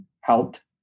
health